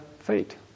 fate